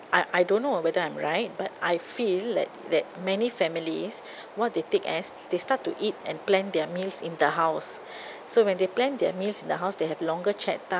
I I don't know whether I'm right but I feel like that many families what they take as they start to eat and plan their meals in the house so when they plan their meals in the house they have longer chat time